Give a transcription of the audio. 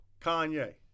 Kanye